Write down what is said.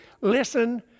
listen